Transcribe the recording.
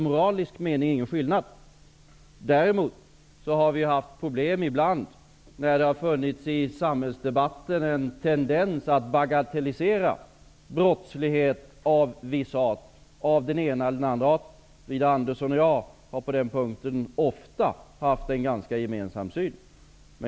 Moraliskt är det ingen skillnad. Däremot har vi haft problem ibland när det i samhällsdebatten har funnits en tendens till att bagatellisera brottslighet av den ena eller den andra arten. Widar Andersson och jag har på den punkten ofta haft en ganska gemensam syn.